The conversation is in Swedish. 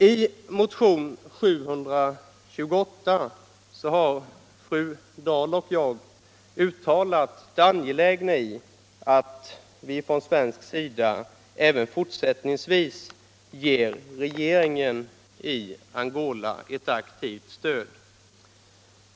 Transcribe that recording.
I motionen 728 har fru Dahl och jag framhållit det angelägna i att vi från svensk sida även fortsättningsvis ger regeringen i Angola ett aktivt stöd.